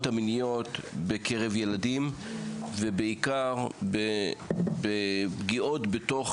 המיניות בקרב ילדים ובעיקר פגיעות בתוך